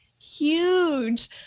huge